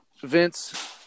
Vince